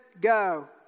go